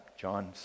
John